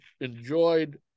enjoyed